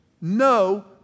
no